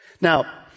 Now